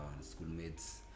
schoolmates